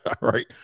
right